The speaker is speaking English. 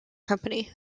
company